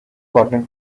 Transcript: cotton